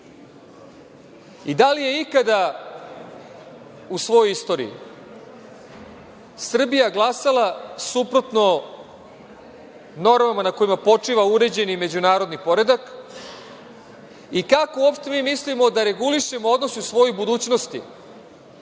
Da li je ikada u svojoj istoriji Srbija glasala suprotno normama na kojima počiva uređeni međunarodni poredak i kako uopšte mislimo da regulišemo odnose u svojoj budućnosti,